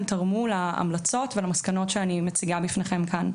אבל בעצם תרמו להמלצות ולמסקנות שאני מציגה בפניכם כאן.